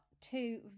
two